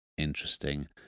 Interesting